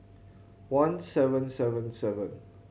one seven seven seven